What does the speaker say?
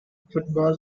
football